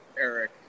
Eric